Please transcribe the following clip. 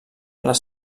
les